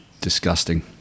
Disgusting